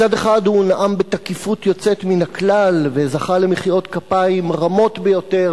מצד אחד הוא נאם בתקיפות יוצאת מן הכלל וזכה למחיאות כפיים רמות ביותר,